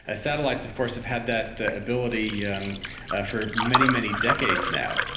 ah satellites of course have had that ah ability yeah um ah for many, many decades now,